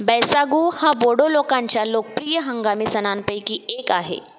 बैसागु हा बोडो लोकांच्या लोकप्रिय हंगामी सणांपैकी एक आहे